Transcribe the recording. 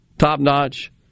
top-notch